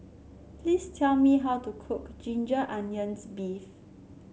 please tell me how to cook Ginger Onions beef